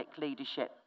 leadership